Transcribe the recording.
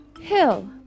hill